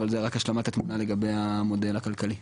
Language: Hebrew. אבל זה רק השלמת התמונה לגבי המודל הכלכלי.